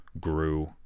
grew